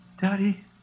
Daddy